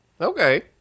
okay